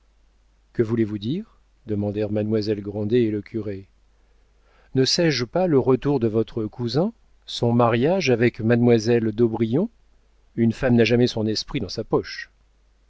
que voulez-vous dire demandèrent mademoiselle grandet et le curé ne sais-je pas le retour de votre cousin son mariage avec mademoiselle d'aubrion une femme n'a jamais son esprit dans sa poche